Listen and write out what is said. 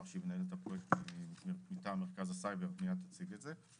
שהיא מנהלת הפרויקט מטעם מרכז הסייבר מיד תציג את זה.